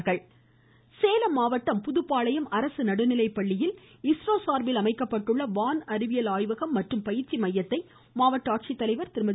வான் அறிவியல் ஆய்வகம் சேலம் மாவட்டம் புதுப்பாளையம் அரசு நடுநிலைப்பள்ளியில் இஸ்ரோ சார்பில் அமைக்கப்பட்டுள்ள வான் அறிவியல் ஆய்வகம் மற்றும் பயிற்சி மையத்தை மாவட்ட ஆட்சித்தலைவர் திருமதி